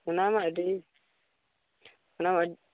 ᱚᱱᱟᱢᱟ ᱟᱹᱰᱤ ᱚᱱᱟ